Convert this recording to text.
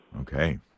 Okay